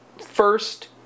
first